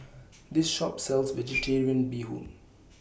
This Shop sells Vegetarian Bee Hoon